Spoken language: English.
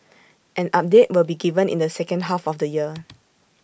an update will be given in the second half of the year